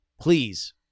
Please